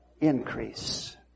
increase